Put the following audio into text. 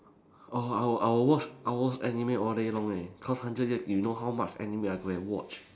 orh I will I will watch I will watch anime all day long leh cause hundred year you know how much anime I go and watch